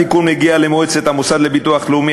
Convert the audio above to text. התיקון מגיע למועצת המוסד לביטוח לאומי,